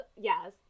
yes